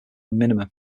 minimum